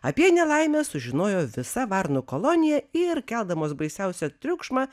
apie nelaimę sužinojo visa varnų kolonija ir keldamos baisiausią triukšmą